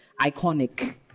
iconic